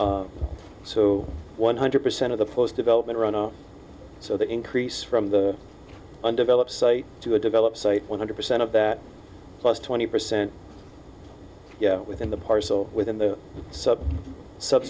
so one hundred percent of the post development so the increase from the undeveloped site to a developed site one hundred percent of that plus twenty percent within the parcel within the sub sub